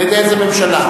על-ידי איזו ממשלה.